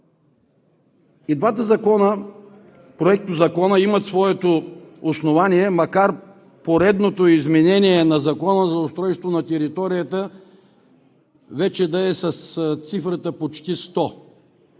И двата проектозакона имат своето основание, макар поредното изменение на Закона за устройството на територията вече да е с цифрата почти 100.